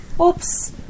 Oops